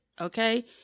Okay